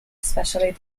especially